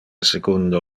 secundo